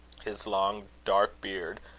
his long dark beard,